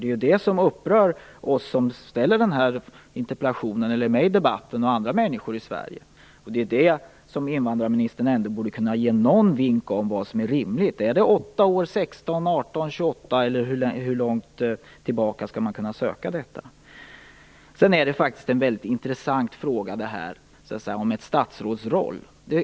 Det är detta som upprör såväl interpellanten och oss som är med i den här debatten som även andra människor i Sverige. Här borde invandrarministern kunna ge någon liten vink om vad som är rimligt. Är det 8 år, 16, 18, 28 eller hur långt tillbaka skall man kunna gå? Sedan är det här med ett statsråds roll en väldigt intressant fråga.